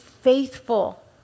faithful